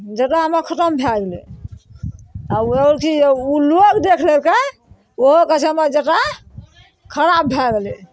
जतरा हमर खतम भए गेलय आओर ओकि उ लोग देख लेलकइ ओहो कहय छै हमर जतरा खराब भए गेलय